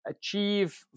achieve